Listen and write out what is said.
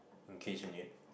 in case you need